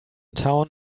town